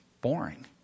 boring